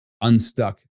Unstuck